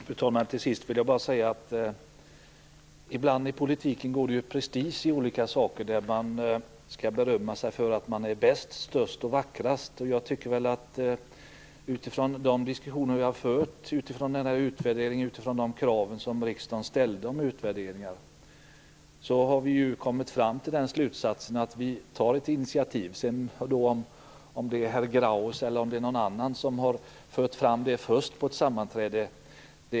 Fru talman! Till sist vill jag bara säga att ibland går det prestige i olika saker i politiken. Man berömmer sig för att man är bäst, störst och vackrast. Utifrån de diskussioner vi har fört, utifrån utvärderingen och utifrån de krav som riksdagen har ställt på utvärderingar har vi kommit fram till den slutsaten att vi tar ett initiativ. Det kan sedan vara herr Grauers eller någon annan som först har fört fram det på ett sammanträde.